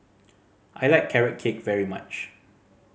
I like Carrot Cake very much